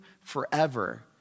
forever